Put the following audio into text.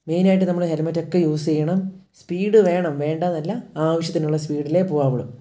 മെയിനായിട്ട് നമ്മൾ ഹെൽമെറ്റൊക്കെ യൂസ് ചെയ്യണം സ്പീഡ് വേണം വേണ്ടയെന്നല്ല ആവശ്യത്തിനുള്ള സ്പീഡിലേ പോകാവുള്ളൂ